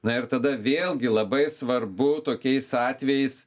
na ir tada vėlgi labai svarbu tokiais atvejais